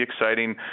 exciting